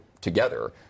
together